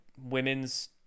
women's